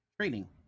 training